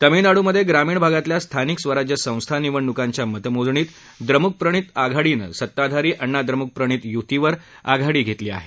तामिळनाडूमधे ग्रामीण भागातल्या स्थानिक स्वराज्य संस्था निवडणुकांच्या मतमोजणीत द्रमुकप्रणीत आघाडीनं सत्ताधारी अण्णा द्रमुक प्रणीत युतीवर आघाडी घेतली आहे